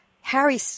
Harry